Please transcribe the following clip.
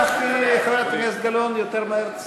כך חברת הכנסת תסיים יותר מהר.